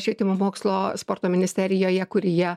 švietimo mokslo sporto ministerijoje kurioje